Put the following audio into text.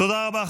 תודה רבה.